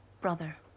brother